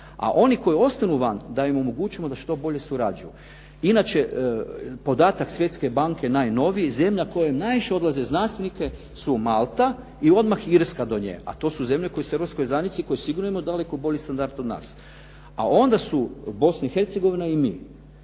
a oni koji ostanu vani da im omogućimo da što bolje surađuju. Inače podatak Svjetske banke najnoviji, zemlja koja najviše odlaze znanstvenike su Malta i odmah Irska do nje, a to su zemlje koje su u europskoj zajednici, koje sigurno imaju daleko bolji standard od nas. A onda su Bosna i Hercegovina i mi.